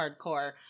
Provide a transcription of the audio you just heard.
hardcore